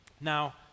Now